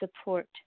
support